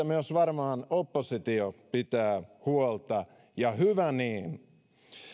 myös varmaan oppositio pitää huolta ja hyvä niin